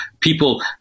people